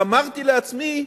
ואמרתי לעצמי: